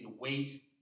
wait